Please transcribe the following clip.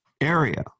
area